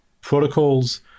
protocols